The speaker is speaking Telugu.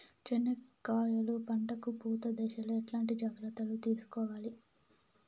చెనక్కాయలు పంట కు పూత దశలో ఎట్లాంటి జాగ్రత్తలు తీసుకోవాలి?